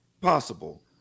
possible